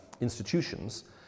institutions